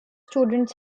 students